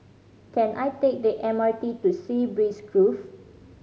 can I take the M R T to Sea Breeze Grove